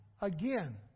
again